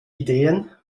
ideen